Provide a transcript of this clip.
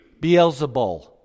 beelzebul